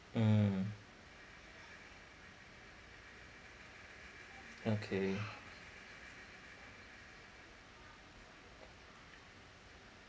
mm okay